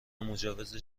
مجوز